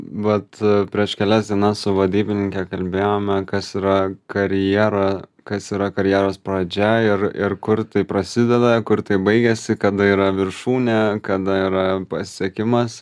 vat prieš kelias dienas su vadybininke kalbėjome kas yra karjera kas yra karjeros pradžia ir ir kur tai prasideda kur tai baigiasi kada yra viršūnė kada yra pasiekimas